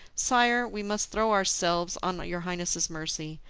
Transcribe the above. sire, we must throw ourselves on your highness's mercy.